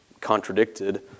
contradicted